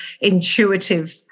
intuitive